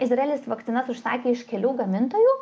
izraelis vakcinas užsakė iš kelių gamintojų